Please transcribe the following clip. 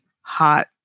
hot